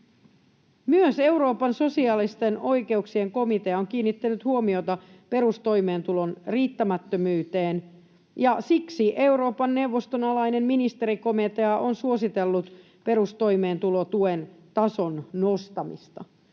Myös Euroopan sosiaalisten oikeuksien komitea on kiinnittänyt huomiota perustoimeentulotuen riittämättömyyteen, ja siksi Euroopan neuvoston alainen ministerikomitea on suositellut perustoimeentulotuen tason nostamista.”